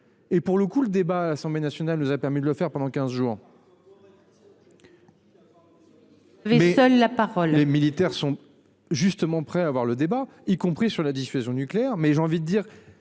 et pour le coup le débat à l'Assemblée nationale nous a permis de le faire pendant 15 jours. Seule. Les militaires sont justement prêts à avoir le débat y compris sur la dissuasion nucléaire